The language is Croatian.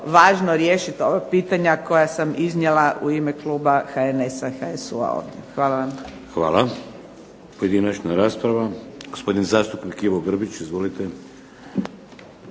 važno riješiti ova pitanja koja sam iznijela u ime kluba HNS-a i HSU-a ovdje. Hvala. **Šeks, Vladimir (HDZ)** Hvala. Pojedinačna rasprava. Gospodine zastupnik Ivo Grbić. Izvolite.